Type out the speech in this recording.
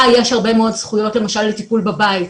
יש הרבה מאוד זכויות למשל לטיפול בבית,